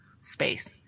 space